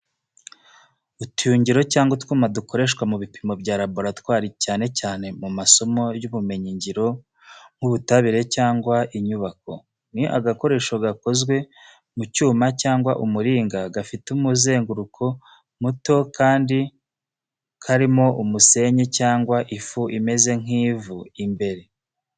Utuyungiro cyangwa utwuma dukoreshwa mu bipimo bya laboratoire cyane cyane mu masomo y’ubumenyi ngiro nk'ubutabire cyangwa inyubako. Ni agakoresho gakozwe mu cyuma cyangwa umuringa gafite umuzenguruko muto kandi kirimo umusenyi cyangwa ifu imeze nk'ivu imbere.